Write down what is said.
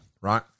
right